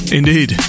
indeed